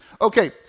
Okay